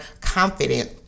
confident